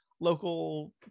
local